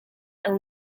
and